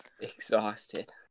exhausted